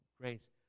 grace